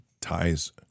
ties